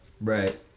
Right